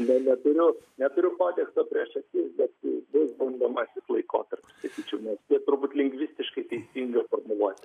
ne neturiu neturiu kodekso prieš akis bet bus bandomasis laikotarpis sakyčiau nes ir turbūt lingvistiškai teisinga formuluotė